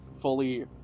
fully